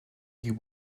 you